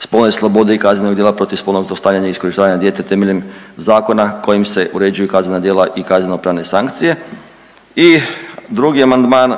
spolne slobode i kaznenog djela protiv spolnog zlostavljanja i iskorištavanja djeteta temeljem zakona kojim se uređuju kaznena djela i kazneno-pravne sankcije. I drugi amandman